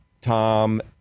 tom